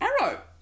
Arrow